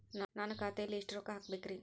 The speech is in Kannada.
ನಾನು ಖಾತೆಯಲ್ಲಿ ಎಷ್ಟು ರೊಕ್ಕ ಹಾಕಬೇಕ್ರಿ?